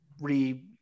re